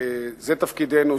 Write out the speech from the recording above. זה תפקידנו,